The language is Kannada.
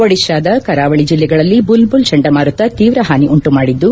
ಒಡಿತಾದ ಕರಾವಳಿ ಜೆಲ್ಲೆಗಳಲ್ಲಿ ಬುಲ್ಬುಲ್ ಚಂಡಮಾರುತ ತೀವ್ರ ಹಾನಿ ಉಂಟು ಮಾಡಿದ್ಲು